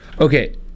Okay